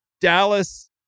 Dallas